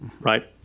Right